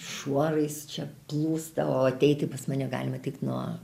šuorais čia plūsta o ateiti pas mane galima tik nuo